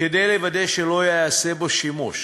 כדי לוודא שלא ייעשה בו שימוש.